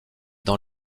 dans